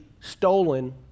stolen